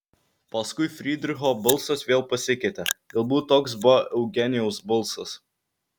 paskui frydricho balsas vėl pasikeitė galbūt toks buvo eugenijaus balsas